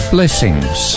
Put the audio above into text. Blessings